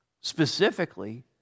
Specifically